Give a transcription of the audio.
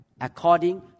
according